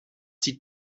sieht